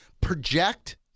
project